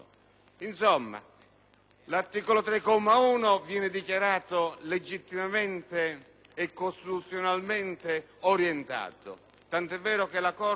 l'articolo 3, comma 1, viene dichiarato legittimamente e costituzionalmente orientato, tant'è vero che la Corte